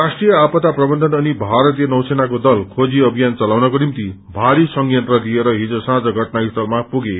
राष्ट्रीय आपदा प्रबन्धन अनि भारतीय नैसेनाको दल खोजी अभियान चलाउनको निम्ति भारी संयन्त्र लिएर हिज साँझ घटनास्थलमा पुगे